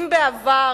אם בעבר